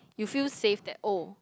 you feel safe that oh